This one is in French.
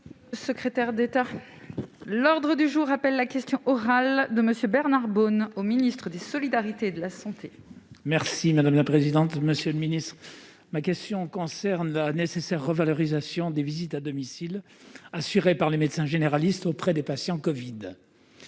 Secrétaire d'État à l'ordre du jour appelle la question orale de monsieur Bernard Bonne au ministre des solidarités, de la santé. Merci madame la présidente, monsieur le Ministre, ma question concerne la nécessaire revalorisation des visites à domicile assurée par les médecins généralistes auprès des patients Covid.